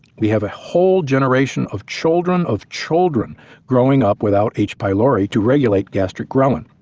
we have a whole generation of children of children growing up without h. pylori to regulate gastric ghrelin.